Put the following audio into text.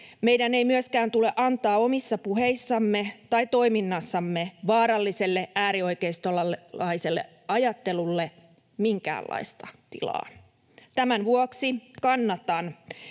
Meidän ei myöskään tule antaa omissa puheissamme tai toiminnassamme vaaralliselle äärioikeistolalaiselle ajattelulle minkäänlaista tilaa. Tämän vuoksi kannatan